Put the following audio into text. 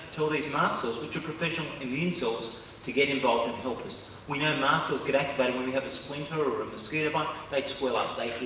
tell these mast cells, which are proficient immune cells to get involved in helping us. we know mast cells get activated when we have a splinter or a mosquito bite, they swell ah like u,